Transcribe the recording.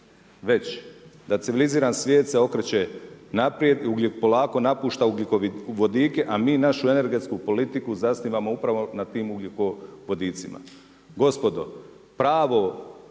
Već da civiliziran svijet se okreće naprijed i polako napušta ugljikovodike, a mi našu energetsku politiku zasnivamo upravo na tim ugljikovodicima.